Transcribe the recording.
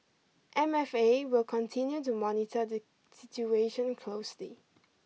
M F A will continue to monitor the situation closely